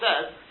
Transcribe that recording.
says